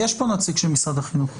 יש פה נציג של משרד החינוך.